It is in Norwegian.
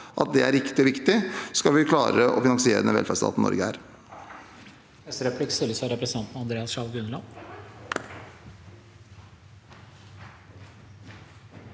for – er riktig og viktig skal vi klare å finansiere den velferdsstaten Norge er.